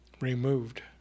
removed